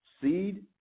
seed